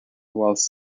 whilst